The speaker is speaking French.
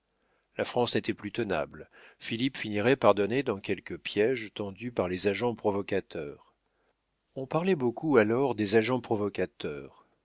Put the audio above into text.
la france n'était plus tenable philippe finirait par donner dans quelque piége tendu par les agents provocateurs on parlait beaucoup alors des agents provocateurs